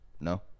no